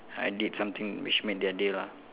I did something which made their day lah